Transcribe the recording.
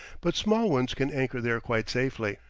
but small ones can anchor there quite safely.